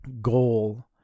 goal